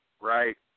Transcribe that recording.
Right